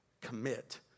commit